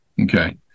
okay